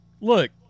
Look